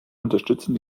unterstützen